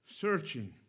searching